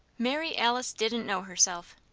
mary alice didn't know herself.